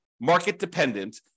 market-dependent